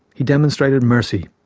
he demonstrated mercy.